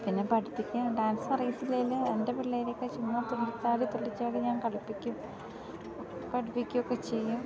പിന്നെ പഠിപ്പിക്കാൻ ഡാൻസ് അറിയത്തില്ലേലും എൻ്റെ പിള്ളേരൊക്കെ ചുമ്മാ തുള്ളിച്ചാടി തുള്ളിച്ചാടി ഞാൻ കളിപ്പിക്കും പഠിപ്പിക്കുകയൊക്കെ ചെയ്യും